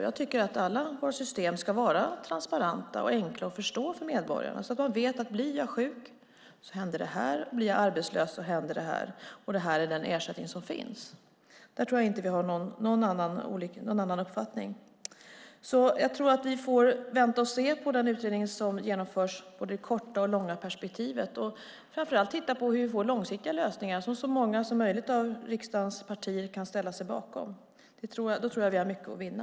Jag tycker att alla våra system ska vara transparenta och enkla att förstå för medborgarna så att man vet att blir jag sjuk händer det här, blir jag arbetslös händer det här och det här är den ersättning som finns. Där tror jag inte att vi har någon annan uppfattning. Jag tror att vi får vänta och se vad den utredning som genomförs i både det korta och det långa perspektivet kommer fram till och framför allt titta på hur vi får långsiktiga lösningar som så många som möjligt av riksdagens partier kan ställa sig bakom. Då tror jag att vi har mycket att vinna.